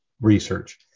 research